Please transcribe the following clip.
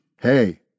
Hey